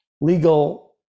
legal